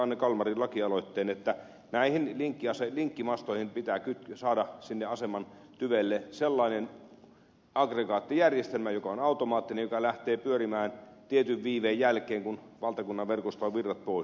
anne kalmarin lakialoitteen että näiden linkkimastojen tyveen pitää saada sellainen aggregaattijärjestelmä joka on automaattinen joka lähtee pyörimään tietyn viiveen jälkeen kun valtakunnan verkosta on virrat pois